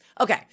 Okay